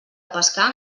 pescar